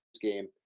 game